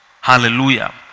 Hallelujah